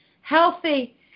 healthy